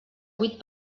vuit